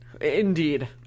Indeed